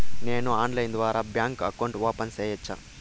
నేను ఆన్లైన్ ద్వారా bank account open సేయొచ్చా?